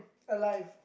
alive